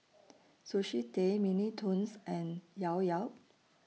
Sushi Tei Mini Toons and Llao Llao